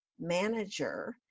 manager